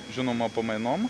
žinoma pamainom